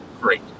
great